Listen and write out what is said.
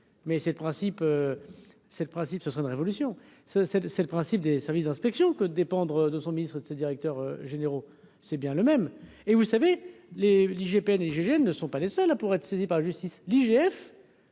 c'est le principe, ce serait une révolution ce c'est, c'est le principe des services d'inspection que dépendre de son ministre de ces directeurs généraux, c'est bien le même et vous savez les l'IGPN et Gégé ne sont pas les seuls à pour être saisis par la justice, l'IGF.